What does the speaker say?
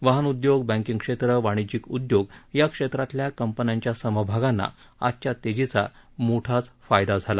वाहन उद्योग बैंकिंगक्षेत्र वाणिज्यीक उद्योग या क्षेत्रातल्या कंपन्यांच्या समभागांना आजच्या तेजीचा मोठा फायदा झाला